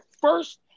first